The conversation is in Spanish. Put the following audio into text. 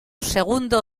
segundo